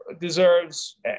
deserves